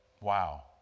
Wow